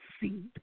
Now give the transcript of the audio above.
seed